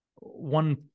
One